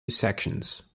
sections